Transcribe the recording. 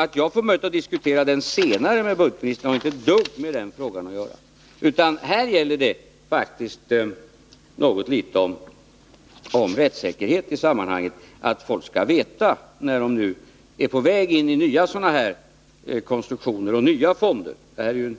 Att jag får möjlighet att diskutera frågan senare med budgetministern har inte ett dugg med saken att göra. Här gäller det faktiskt något litet rättssäkerheten i sammanhanget, nämligen att allmänheten när man nu är på väg in i nykonstruktioner och nya fonder — det är i